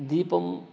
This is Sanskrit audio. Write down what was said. दीपं